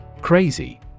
Crazy